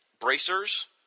bracers